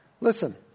Listen